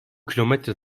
kilometre